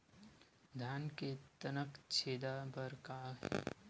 धान के तनक छेदा बर का हे?